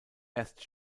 erst